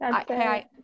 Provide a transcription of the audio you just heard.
Okay